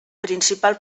principal